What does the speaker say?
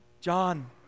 John